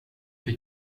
för